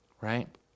right